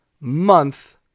month